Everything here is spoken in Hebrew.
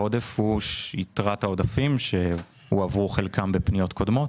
העודף הוא יתרת העודפים שהועברו חלקם בפניות קודמות,